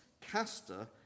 Castor